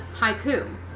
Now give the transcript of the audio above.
haiku